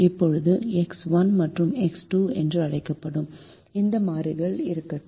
இப்போது எக்ஸ் 1 மற்றும் எக்ஸ் 2 என்று அழைக்கப்படும் அந்த மாறிகள் இருக்கட்டும்